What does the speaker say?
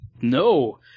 No